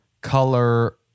color